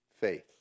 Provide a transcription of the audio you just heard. faith